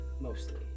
mostly